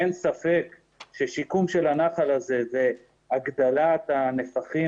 אין ספק ששיקום של הנחל הזה הוא הגדלת הנפחים